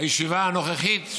הישיבה הנוכחית,